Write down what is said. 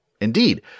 Indeed